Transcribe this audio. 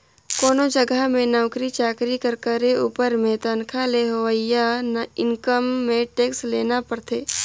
कोनो जगहा में नउकरी चाकरी कर करे उपर में तनखा ले होवइया इनकम में टेक्स देना परथे